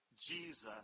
Jesus